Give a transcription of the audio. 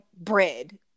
bread